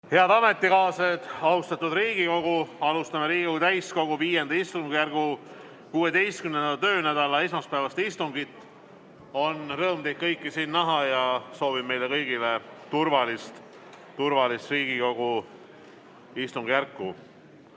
Head ametikaaslased, austatud Riigikogu! Alustame Riigikogu täiskogu V istungjärgu 16. töönädala esmaspäevast istungit. On rõõm teid kõiki siin näha. Soovin meile kõigile turvalist Riigikogu istungjärku.